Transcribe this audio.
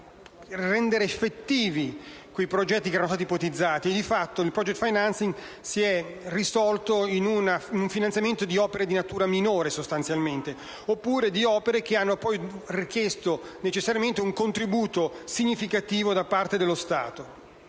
di rendere effettivi i progetti che erano stati ipotizzati. Di fatto il *project financing* si è risolto in un finanziamento di opere sostanzialmente di natura minore o di opere che hanno richiesto necessariamente un contributo significativo da parte dello Stato.